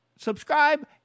Subscribe